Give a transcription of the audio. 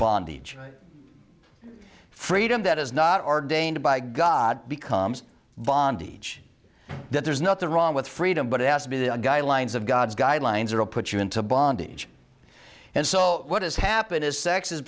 bondage freedom that is not ordained by god becomes bondage that there's nothing wrong with freedom but it has to be the guidelines of god's guidelines or put you into bondage and so what has happened is sex is